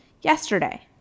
Yesterday